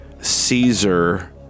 Caesar